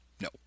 no